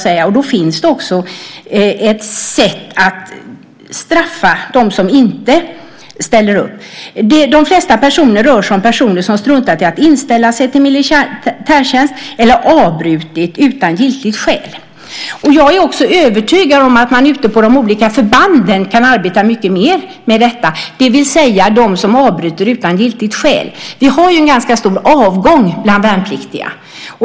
Därför finns det också ett sätt att straffa dem som inte ställer upp. De allra flesta är sådana som har struntat i att inställa sig till militärtjänst eller avbrutit den utan giltigt skäl. Jag är övertygad om att man ute på förbanden arbetar mycket mer med detta, det vill säga de som avbryter utan giltigt skäl. Vi har en ganska stor avgång bland värnpliktiga.